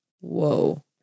Whoa